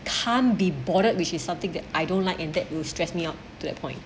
can't be bothered which is something that I don't like in that will stress me up to that point